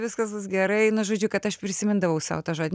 viskas bus gerai nu žodžiu kad aš prisimindavau sau tą žodį